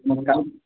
मग काय